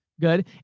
Good